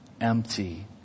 empty